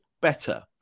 better